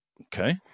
okay